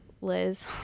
Liz